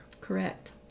Correct